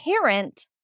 parent